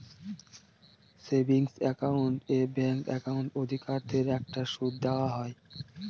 savings account এ bank account অধিকারীদের একটা সুদ দেওয়া হয়